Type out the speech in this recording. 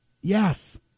Yes